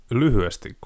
lyhyesti